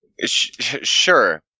sure